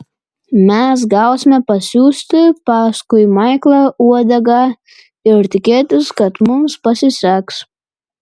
mes gausime pasiųsti paskui maiklą uodegą ir tikėtis kad mums pasiseks